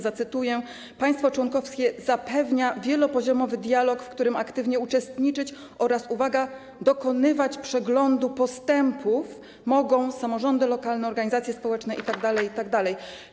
Zacytuję: Państwo członkowskie zapewnia wielopoziomowy dialog, w którym aktywnie uczestniczyć oraz - uwaga - dokonywać przeglądu postępów mogą samorządy lokalne, organizacje społeczne itd., itd.